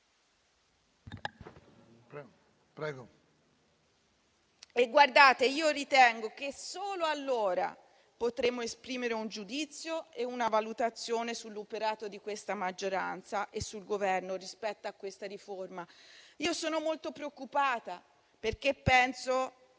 *(PD-IDP)*. Io ritengo che solo allora potremo esprimere un giudizio e una valutazione sull'operato di questa maggioranza e sul Governo rispetto a questa riforma. Sono molto preoccupata, perché penso